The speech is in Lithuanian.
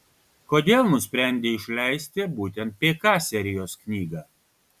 kodėl nusprendei išleisti būtent pk serijos knygą